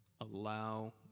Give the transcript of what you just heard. allow